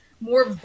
more